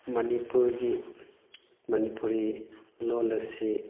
ꯃꯅꯤꯄꯨꯔꯒꯤ ꯃꯅꯤꯄꯨꯔꯤ ꯂꯣꯜ ꯑꯁꯤ